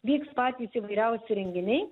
vyks patys įvairiausi renginiai